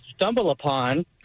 StumbleUpon